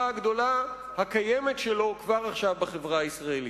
הגדולה הקיימת שלו כבר עכשיו בחברה הישראלית.